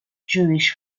jewish